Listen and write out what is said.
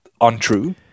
untrue